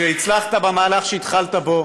שהצלחת במהלך שהתחלת בו,